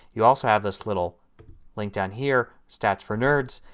you also have this little link down here, stats for nerds,